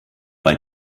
bei